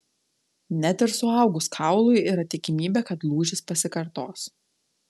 net ir suaugus kaului yra tikimybė kad lūžis pasikartos